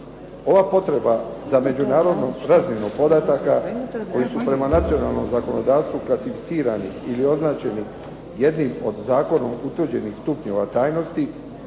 Ova potreba za međunarodnu razmjenu podataka koji su prema nacionalnom zakonodavstvu klasificirani ili označeni jednim od zakonom utvrđenih stupnjeva tajnosti